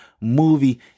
movie